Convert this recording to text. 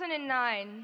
2009